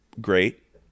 great